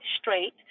Straight